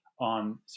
on